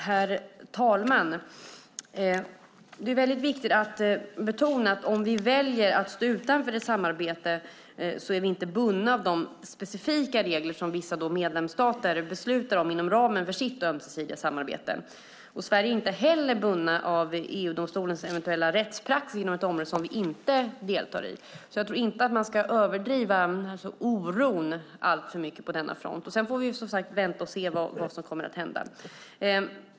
Herr talman! Det är viktigt att betona att om vi väljer att stå utanför ett samarbete är vi inte bundna av de specifika regler som vissa medlemsstater beslutar om inom ramen för sitt ömsesidiga samarbete. Sverige är inte heller bundet av EU-domstolens eventuella rättspraxis inom ett område som vi inte deltar i. Så jag tror inte att man ska överdriva oron alltför mycket på denna front. Sedan får vi som sagt vänta och se vad som kommer att hända.